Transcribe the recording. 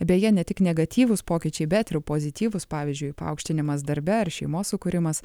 beje ne tik negatyvūs pokyčiai bet ir pozityvūs pavyzdžiui paaukštinimas darbe ar šeimos sukūrimas